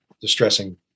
distressing